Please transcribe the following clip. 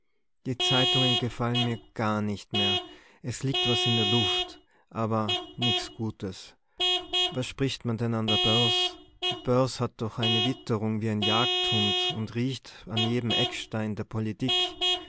die zeitungen gefallen merr gar nicht mehr es liegt was in der luft aber nix gutes was spricht man denn an der börs die börs hat doch eine witterung wie ein jagdhund und riecht an jedem eckstein der politik